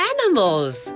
Animals